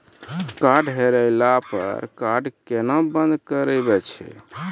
Card हेरैला पर card केना बंद करबै छै?